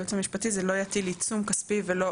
לייעוץ המשפטי זה 'לא יטיל עיצום כספי ולא